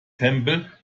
temple